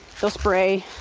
they'll spray.